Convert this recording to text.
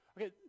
okay